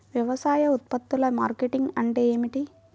వ్యవసాయ ఉత్పత్తుల మార్కెటింగ్ అంటే ఏమిటి?